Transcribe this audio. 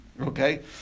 okay